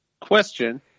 Question